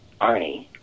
Arnie